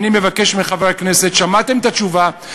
אני מבקש מחברי הכנסת: שמעתם את התשובה,